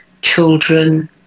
Children